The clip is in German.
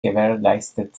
gewährleistet